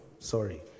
Sorry